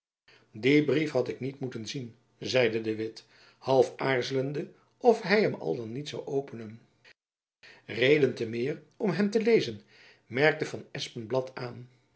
dien brief had ik niet moeten hebben zeide de witt half aarzelende of hy hem al dan niet zoû openen reden te meer om hem te lezen merkte van espenblad aan